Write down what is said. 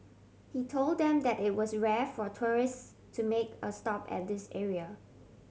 he told them that it was rare for tourists to make a stop at this area